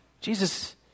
Jesus